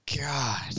God